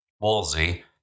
Wolsey